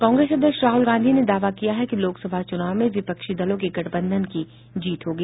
कांग्रेस अध्यक्ष राहुल गांधी ने दावा किया है कि लोकसभा चुनाव में विपक्षी दलों के गठबंधन की जीत होगी